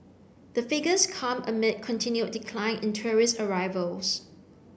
the figures come amid continued decline in tourist arrivals